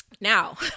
Now